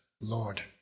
Lord